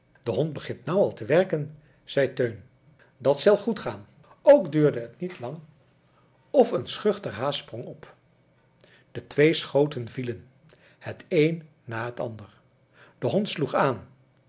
de hond begint nou al te werken zei teun dat zel goed gaan ook duurde het niet lang of een schuchter haas sprong op de twee schoten vielen het een na het andere de hond sloeg aan